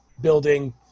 building